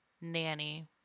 nanny